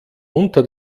unter